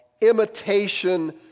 imitation